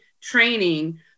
training